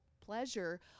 pleasure